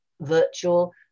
virtual